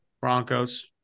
Broncos